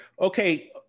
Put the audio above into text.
okay